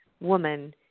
woman